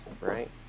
right